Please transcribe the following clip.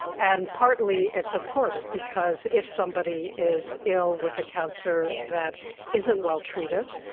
and partly it's of course because if somebody is ill with a cancer that isn't well treated,